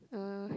uh